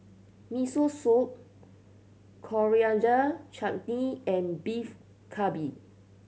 Miso Soup Coriander Chutney and Beef Galbi